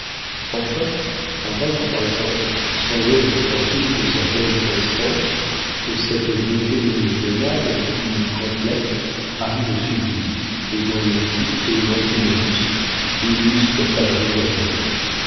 enfin à vingt-trois ans sans autre fortune que sa belle prestance que cette beauté méridionale qui complète arrive au sublime et dont le type est l'antinoüs l'illustre favori d'adrien